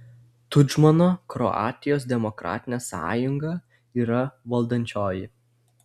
tudžmano kroatijos demokratinė sąjunga yra valdančioji